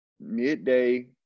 midday